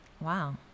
wow